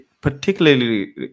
particularly